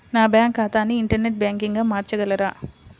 నా బ్యాంక్ ఖాతాని ఇంటర్నెట్ బ్యాంకింగ్గా మార్చగలరా?